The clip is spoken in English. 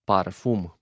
Parfum